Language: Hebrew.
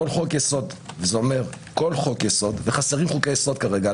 חסרים חוקי יסוד כרגע.